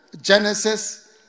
Genesis